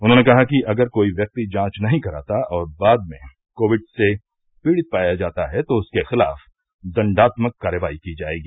उन्होंने कहा कि अगर कोई व्यक्ति जांच नहीं कराता और बाद में कोविड से पीड़ित पाया जाता है तो उसके खिलाफ दंडात्मक कार्रवाई की जाएगी